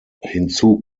hinzu